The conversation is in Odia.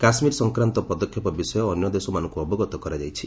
କାଶ୍ମୀର ସଂକ୍ରାନ୍ତ ପଦକ୍ଷେପ ବିଷୟ ଅନ୍ୟ ଦେଶମାନଙ୍କୁ ଅବଗତ କରାଯାଇଛି